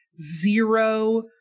zero